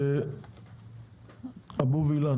אבו וילן.